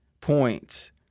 points